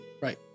Right